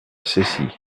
cessy